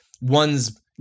one's